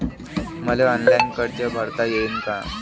मले ऑनलाईन कर्ज भरता येईन का?